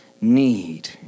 need